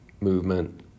movement